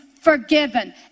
forgiven